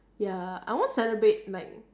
ya I won't celebrate like